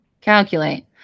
Calculate